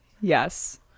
Yes